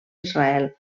israel